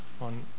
on